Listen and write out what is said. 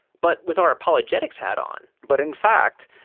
but with our apologetics hat on but in fact,